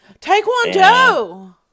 Taekwondo